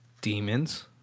Demons